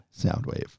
Soundwave